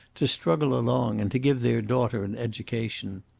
to struggle along and to give their daughter an education.